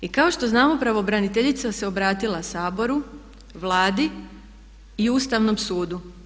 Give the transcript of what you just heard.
I kao što znamo pravobraniteljica se obratila Saboru, Vladi i Ustavnom sudu.